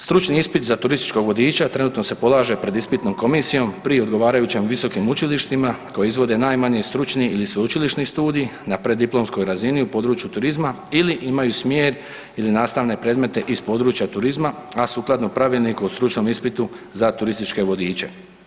Stručni ispit za turističkog vodiča trenutno se polaže pred ispitnom komisijom pri odgovarajućim visokim učilištima koji izvode najmanje stručni ili sveučilišni studij na preddiplomskoj razini u području turizma ili imaju smjer ili nastavne predmete iz područja turizma, a sukladno Pravilniku o stručnom ispitu za turističke vodiče.